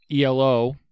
ELO